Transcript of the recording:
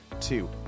Two